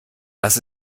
das